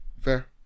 fair